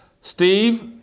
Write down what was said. Steve